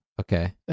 okay